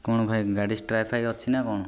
କ'ଣ ଭାଇ ଗାଡ଼ି ଷ୍ଟ୍ରାଇକ୍ ଫାଇକ୍ ଅଛି ନା କ'ଣ